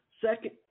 Second